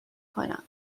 کنم